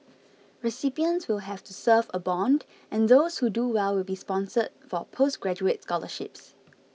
recipients will have to serve a bond and those who do well will be sponsored for postgraduate scholarships